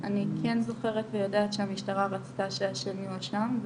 אני כן זוכרת ויודעת שהמשטרה רצתה שהאשם יואשם.